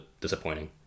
disappointing